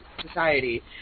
society